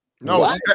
no